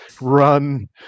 run